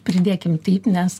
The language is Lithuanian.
pridėkim taip nes